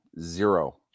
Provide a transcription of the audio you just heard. zero